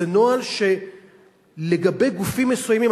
זה נוהל שלגבי גופים מסוימים,